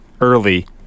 early